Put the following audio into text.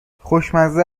خوشمزه